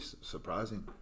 surprising